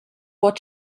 what